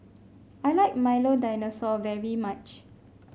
I like Milo Dinosaur very much